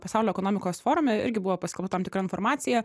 pasaulio ekonomikos forume irgi buvo paskelbta tam tikra informacija